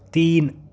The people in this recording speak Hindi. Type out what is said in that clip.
तीन